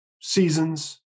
seasons